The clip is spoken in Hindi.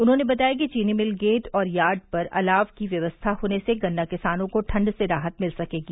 उन्होंने बताया कि चीनी मिल गेट और यार्ड पर अलाव की व्यवस्था होने से गन्ना किसानों को ठंड से राहत मिल सकेगी